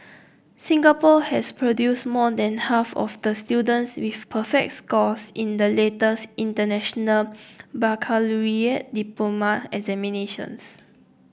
Singapore has produced more than half of the students with perfect scores in the latest International Baccalaureate diploma examinations